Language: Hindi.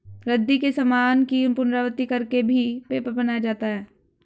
रद्दी के सामान की पुनरावृति कर के भी पेपर बनाया जाता है